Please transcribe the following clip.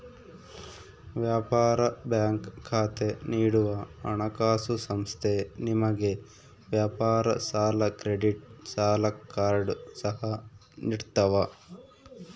ವ್ಯಾಪಾರ ಬ್ಯಾಂಕ್ ಖಾತೆ ನೀಡುವ ಹಣಕಾಸುಸಂಸ್ಥೆ ನಿಮಗೆ ವ್ಯಾಪಾರ ಸಾಲ ಕ್ರೆಡಿಟ್ ಸಾಲ ಕಾರ್ಡ್ ಸಹ ನಿಡ್ತವ